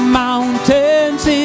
mountains